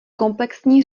komplexní